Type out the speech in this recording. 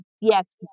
yes